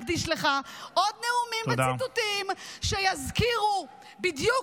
ואני מבטיחה לך שאני אקדיש לך עוד נאומים וציטוטים שיזכירו בדיוק